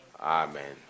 Amen